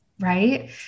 Right